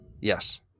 Yes